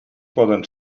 poden